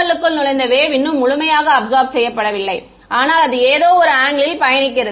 PML க்குள் நுழைந்த wave இன்னும் முழுமையாக அப்சார்ப் செய்யபடவில்லை ஆனால் அது ஏதோ ஒரு ஆங்கிளில் பயணிக்கிறது